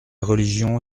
religion